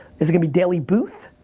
is it gonna be daily booth?